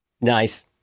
Nice